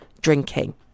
drinking